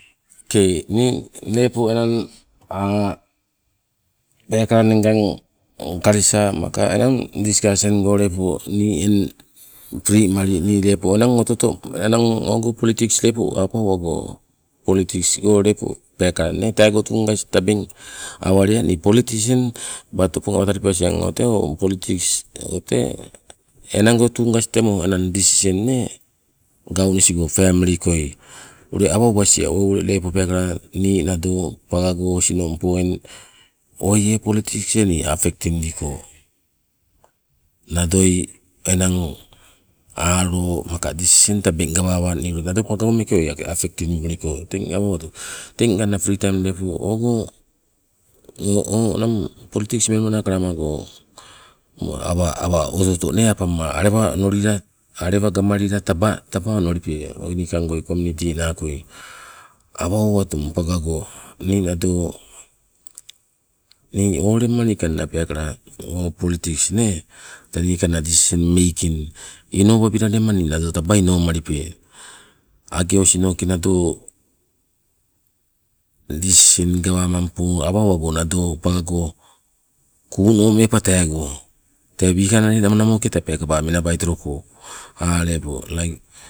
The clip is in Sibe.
Okei nii lepo enang peekala inne ngang kalesa maka enang diskasen go lepo nii eng primali nii lepo oto oto ogo politiks awa owago politiks lepo peekala nee teego tungas tabeng, awalea nii politisen bat opong awa talipasieng politiks o tee enang go tungas temo enang disisen nee gaunisigo family koi, ule awa owasie o ule peekala nii nado pagago osinongpo eng oie politiks ke nii affecting diko. Nadoi enang alo maka disisen tabeng gawawa nii nado pagago meeke oigake affecting muliko, teng awa owatu teng nganna pri taim leko ogo enang politiks go mena kalamalako, awa, awa oto oto nee apamma alewa onolila alewa gamalila taba, taba onolipe niikang goi kominiti nakoi. Awa owatung pagago nii nado nii olema niikang peekala politiks nee, tee niikanna disisen making inobabila taba inomalipe. Ange osinoke nado disisen awa owago nado pagago kuunomepa teego tee wikai namo namoona tee peekala menabai toloko,